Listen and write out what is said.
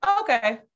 Okay